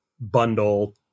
bundle